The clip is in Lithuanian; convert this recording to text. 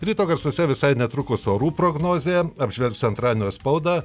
ryto garsuose visai netrukus orų prognozę apžvelgsiu antradienio spaudą